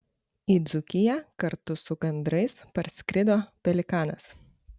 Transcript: į dzūkiją kartu su gandrais parskrido pelikanas